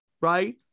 right